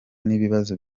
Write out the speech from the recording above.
n’ibibazo